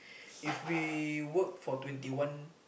if we work for twenty one